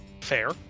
fair